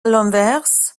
l’inverse